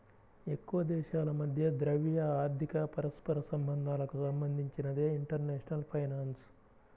ఎక్కువదేశాల మధ్య ద్రవ్య, ఆర్థిక పరస్పర సంబంధాలకు సంబంధించినదే ఇంటర్నేషనల్ ఫైనాన్స్